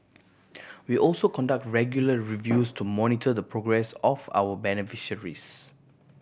we also conduct regular reviews to monitor the progress of our beneficiaries